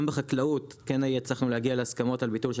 גם בחקלאות כן הצלחנו להגיע להסכמות לביטול על